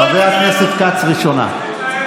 חבר הכנסת כץ, ראשונה.